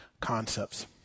concepts